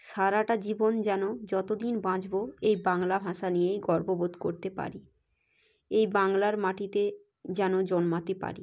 সারাটা জীবন যেন যত দিন বাঁচব এই বাংলা ভাষা নিয়েই গর্ববোধ করতে পারি এই বাংলার মাটিতে যেন জন্মাতে পারি